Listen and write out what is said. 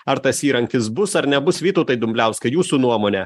ar tas įrankis bus ar nebus vytautai dumbliauskai jūsų nuomone